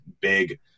big